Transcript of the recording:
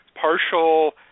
partial